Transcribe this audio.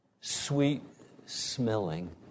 Sweet-smelling